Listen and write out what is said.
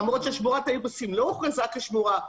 למרות ששמורת האירוסים לא הוכרזה כשמורה,